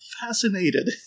fascinated